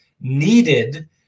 needed